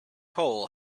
hole